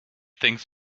things